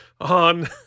on